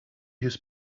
his